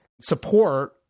support